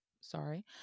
sorry